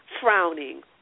frowning